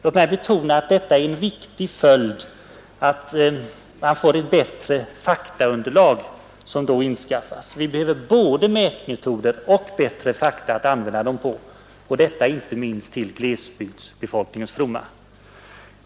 Låt mig betona att en mycket viktig följd av detta är att ett bättre faktaunderlag då också inskaffas. Vi behöver både bättre mätmetoder och bättre fakta att använda dem på och detta inte minst till glesbygdsbefolkningens fromma.